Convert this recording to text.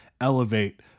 elevate